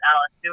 Alice